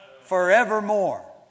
forevermore